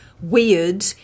weird